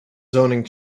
zoning